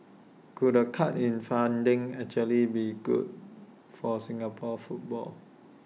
could A cut in funding actually be good for Singapore football